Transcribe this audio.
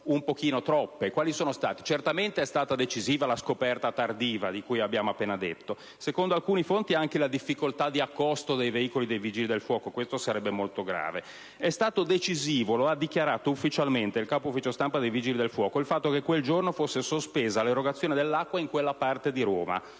un po' troppe. Sicuramente, è stata decisiva la scoperta tardiva, di cui abbiamo appena detto, e, secondo alcune fonti, anche la difficoltà di accosto dei veicoli del Vigili del fuoco (e questo sarebbe grave). È stato certamente decisivo - lo ha detto ufficialmente il capo ufficio stampa dei Vigili del fuoco - il fatto che quel giorno fosse sospesa l'erogazione dell'acqua in quella parte di Roma.